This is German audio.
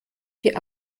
die